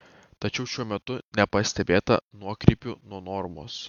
tačiau šiuo metu nepastebėta nuokrypių nuo normos